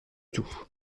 tout